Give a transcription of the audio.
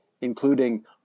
including